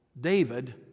David